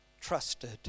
trusted